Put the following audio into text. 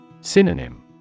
Synonym